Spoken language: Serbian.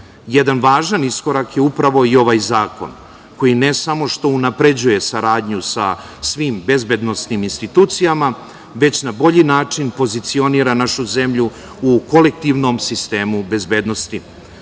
Jedan važan iskorak je upravo i ovaj zakon, koji ne samo što unapređuje saradnju sa svim bezbednosnim institucijama, već na bolji način pozicionira našu zemlju u kolektivnom sistemu bezbednosti,